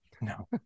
No